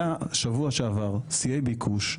היה בשבוע שעבר שיאי ביקוש,